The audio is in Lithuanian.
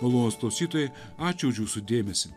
malonūs klausytojai ačiū už jūsų dėmesį